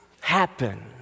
happen